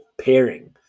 pairing